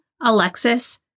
Alexis